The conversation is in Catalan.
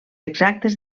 exactes